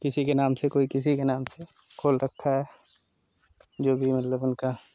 किसी के नाम से कोई किसी के नाम से खोल रखा है जो भी हो मतलब उनका